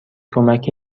کمکی